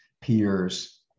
peers